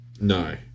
No